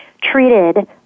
treated